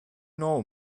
know